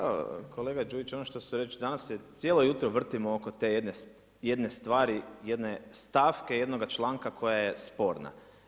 Evo, kolega Đujić ono što ste rekli danas se cijelo jutro vrtimo oko te jedne stvari, jedne stavke, jednoga članka koja je sporna.